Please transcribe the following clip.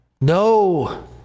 No